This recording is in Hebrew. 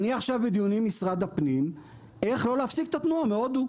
אני עכשיו עם דיונים עם משרד הפנים איך לא להפסיק את התנועה מהודו.